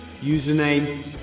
Username